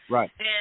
Right